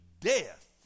death